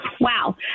Wow